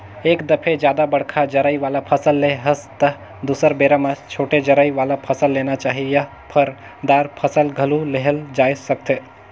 एक दफे जादा बड़का जरई वाला फसल ले हस त दुसर बेरा म छोटे जरई वाला फसल लेना चाही या फर, दार फसल घलो लेहल जाए सकथे